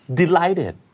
delighted